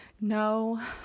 no